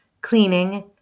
cleaning